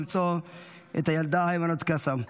למצוא את הילדה היימנוט קסאו.